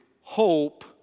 hope